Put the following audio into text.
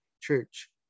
Church